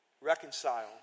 reconcile